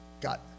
Got